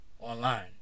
online